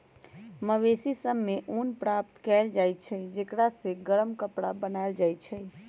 मवेशि सभ से ऊन प्राप्त कएल जाइ छइ जेकरा से गरम कपरा बनाएल जाइ छइ